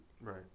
Right